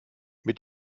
mit